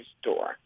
store